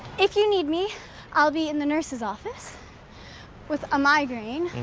if you need me i'll be in the nurse's office with a migraine.